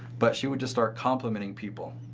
but she would just start complimenting people.